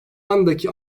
andaki